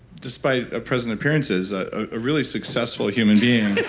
despite present appearances, a really successful human being.